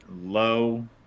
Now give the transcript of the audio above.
Low